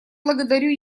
благодарю